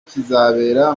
kizabera